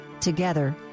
Together